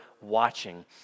watching